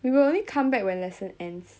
we will only come back when lesson ends